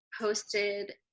posted